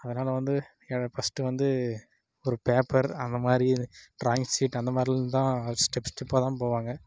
அதனால் வந்து எனக்கு ஃபஸ்ட்டு வந்து ஒரு பேப்பர் அந்த மாதிரி டிராயிங் ஷீட் அந்த மாதிரிலேருந்து தான் அது ஸ்டெப் ஸ்டெப்பாக தான் போவாங்க